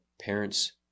parents